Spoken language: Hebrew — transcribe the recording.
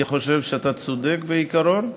אני חושב שאתה צודק, בעיקרון.